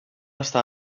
està